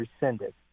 rescinded